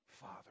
father